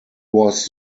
was